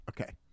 Okay